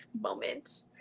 moment